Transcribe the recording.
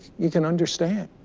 you can understand.